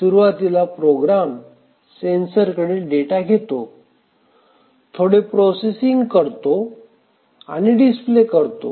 सुरवातीला program sensor कडील data घेतो थोडे प्रोसेसिंग करतो आणि डिस्प्ले करतो